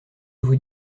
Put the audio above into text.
vous